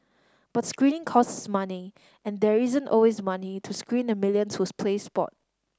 but screening costs money and there isn't always money to screen the millions who's play sport